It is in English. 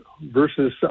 versus